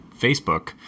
Facebook